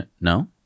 No